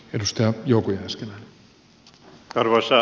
arvoisa herra puhemies